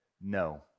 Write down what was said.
no